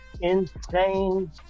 insane